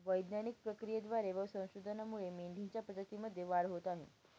वैज्ञानिक प्रक्रियेद्वारे व संशोधनामुळे मेंढीच्या प्रजातीमध्ये वाढ होत आहे